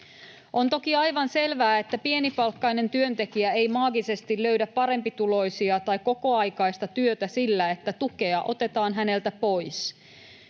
On toki aivan selvää, että pienipalkkainen työntekijä ei maagisesti löydä parempituloista tai kokoaikaista työtä sillä, että tukea otetaan häneltä pois.